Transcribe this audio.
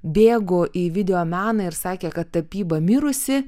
bėgo į videomeną ir sakė kad tapyba mirusi